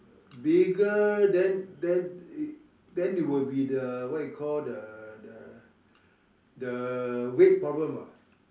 bigger then then then it will be the what you call the the the weight problem ah